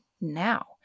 now